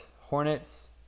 Hornets